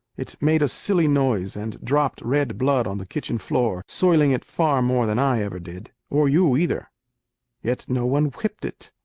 it made a silly noise and dropped red blood on the kitchen floor, soiling it far more than i ever did, or you either yet no one whipped it.